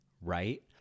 right